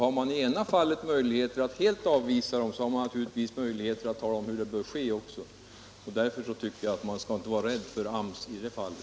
Har man i det ena fallet möjlighet att helt avvisa AMS, har man naturligtvis också rätt att tala om hur röjningen bör ske. Därför skall man inte vara rädd för AMS i det fallet.